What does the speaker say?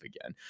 again